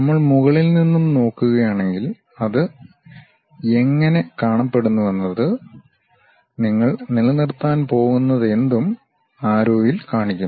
നമ്മൾ മുകളിൽ നിന്നും നോക്കുകയാണെങ്കിൽ അത് എങ്ങനെ കാണപ്പെടുന്നുവെന്നത് നമ്മൾ നിലനിർത്താൻ പോകുന്നതെന്തും ആരോയിൽ കാണിക്കുന്നു